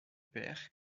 père